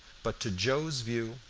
but to joe's view,